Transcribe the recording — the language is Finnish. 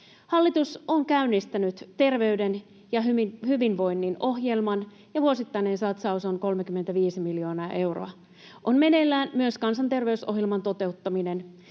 Hallitus on käynnistänyt terveyden ja hyvinvoinnin ohjelman, ja vuosittainen satsaus on 35 miljoonaa euroa. On meneillään myös kansanterveysohjelman toteuttaminen.